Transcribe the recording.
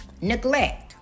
Neglect